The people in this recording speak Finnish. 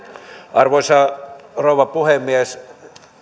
arvoisa rouva puhemies